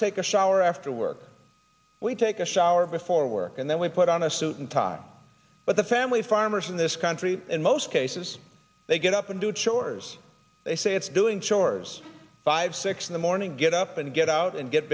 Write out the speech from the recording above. take a shower after work we take a shower before work and then we put on a suit and tie but the family farmers in this country in most cases they get up and do chores they say it's doing chores five six in the morning get up and get out and get